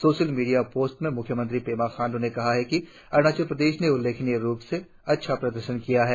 social media post में म्ख्यमंत्री पेमा खांड् ने कहा कि अरुणाचल ने उल्लेखलीय रुप से अच्छा प्रदर्शन किया है